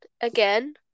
Again